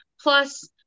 Plus